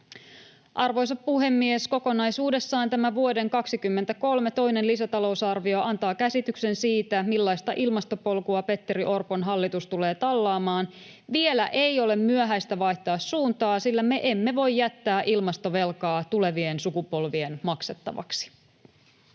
Arvoisa puhemies! Kokonaisuudessaan tämä vuoden 23 toinen lisätalousarvio antaa käsityksen siitä, millaista ilmastopolkua Petteri Orpon hallitus tulee tallaamaan. Vielä ei ole myöhäistä vaihtaa suuntaa, sillä me emme voi jättää ilmastovelkaa tulevien sukupolvien maksettavaksi.